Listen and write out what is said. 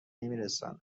نمیرساند